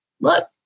look